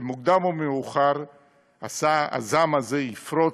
במוקדם או במאוחר הזעם הזה יפרוץ,